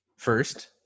first